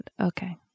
Okay